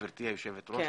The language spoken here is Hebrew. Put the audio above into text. גברתי היושבת ראש,